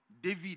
David